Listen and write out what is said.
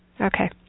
Okay